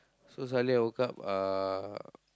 so suddenly I woke up uh